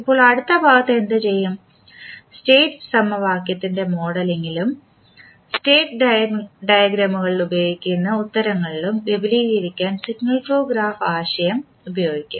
ഇപ്പോൾ അടുത്ത ഭാഗത്ത് എന്തുചെയ്യും സ്റ്റേറ്റ് സമവാക്യത്തിന്റെ മോഡലിംഗിലും സ്റ്റേറ്റ് ഡയഗ്രാമുകളിൽ ഉപയോഗിക്കുന്ന ഉത്തരങ്ങളും വിപുലീകരിക്കാൻ സിഗ്നൽ ഫ്ലോ ഗ്രാഫ് ആശയം ഉപയോഗിക്കും